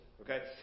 Okay